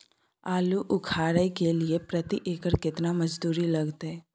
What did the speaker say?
आलू उखारय के लिये प्रति एकर केतना मजदूरी लागते?